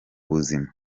buzima